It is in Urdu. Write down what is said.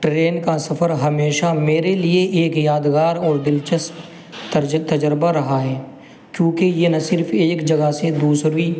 ٹرین کا سفر ہمیشہ میرے لیے ایک یادگار اور دلچسپ تجربہ رہا ہے کیوں کہ یہ نہ صرف ایک جگہ سے دوسری